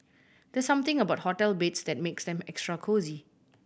there's something about hotel beds that makes them extra cosy